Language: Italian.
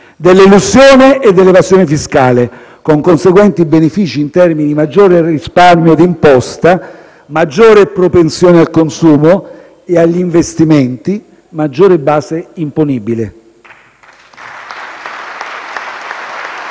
riusciti per anni - con conseguenti benefici in termini di maggiore risparmio d'imposta, maggiore propensione al consumo e agli investimenti e maggiore base imponibile.